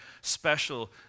special